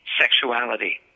sexuality